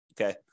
Okay